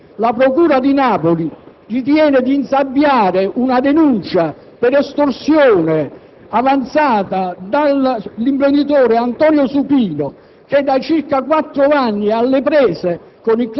Questo avviene nel momento in cui la procura di Napoli ritiene di insabbiare una denuncia per estorsione avanzata dall'imprenditore Antonio Supino,